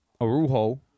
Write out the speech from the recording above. Arujo